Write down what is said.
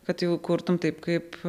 kad jau kurtum taip kaip